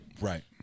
Right